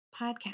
podcast